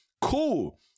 cool